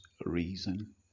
reason